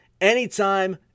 anytime